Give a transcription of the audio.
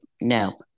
No